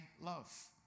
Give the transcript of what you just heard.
love